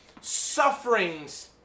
sufferings